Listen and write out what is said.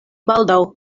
baldaŭ